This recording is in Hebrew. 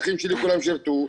האחים שלי כולם שירתו,